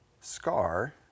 scar